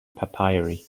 papyri